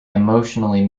emotionally